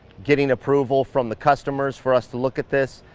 getting approval from the customers for us to look at this,